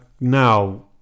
now